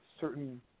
certain